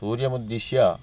सूर्यमुद्दिश्य